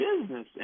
business